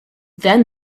then